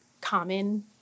common